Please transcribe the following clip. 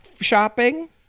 shopping